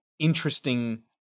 interesting